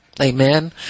Amen